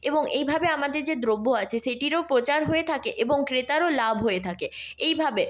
এবং এইভাবে আমাদের যে দ্রব্য আছে সেটিরও প্রচার হয়ে থাকে এবং ক্রেতারও লাভ হয়ে থাকে এইভাবে